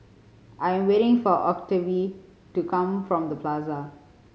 I am waiting for Octavie to come from The Plaza